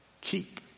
keep